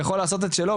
יכול לעשות את שלו,